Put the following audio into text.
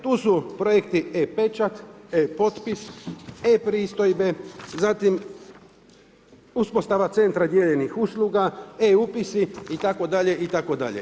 Tu su projekti E-pečat, E-potpis, E-pristojbe, zatim uspostava Centra dijeljenih usluga, E-upisi itd., itd.